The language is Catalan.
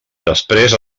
després